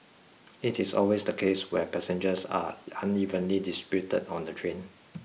it is always the case where passengers are unevenly distributed on the train